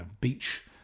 beach